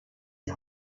die